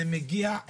אתה יודע את זה,